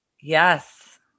Yes